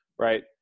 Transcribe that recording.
right